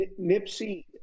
nipsey